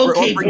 Okay